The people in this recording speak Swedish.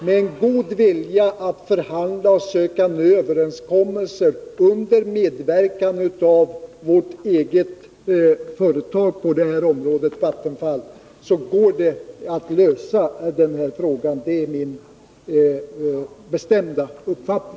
Med god vilja att förhandla och söka en överenskommelse under medverkan av vårt eget företag på detta område, Vattenfall, går det att lösa den här frågan. Det är min bestämda uppfattning.